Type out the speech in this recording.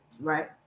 right